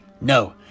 No